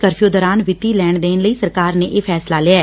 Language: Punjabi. ਕਰਫਿਊ ਦੌਰਾਨ ਵਿੱਤੀ ਲੈਣ ਦੇਣ ਲਈ ਸਰਕਾਰ ਨੇ ਇਹ ਫੈਸਲਾ ਲਿਐ